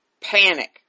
panic